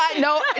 no,